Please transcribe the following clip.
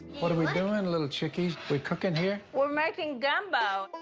what are we doing, and little chickies? we cooking here? we're making gumbo.